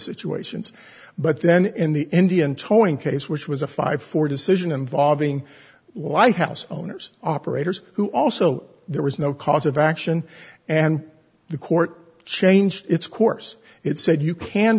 situations but then in the indian toing case which was a five four decision involving white house owners operators who also there was no cause of action and the court changed its course it said you can